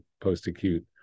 post-acute